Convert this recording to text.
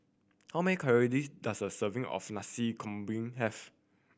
how many calories does a serving of Nasi Campur have